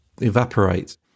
evaporate